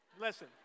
Listen